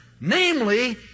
namely